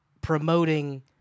promoting